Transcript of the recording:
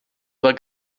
aber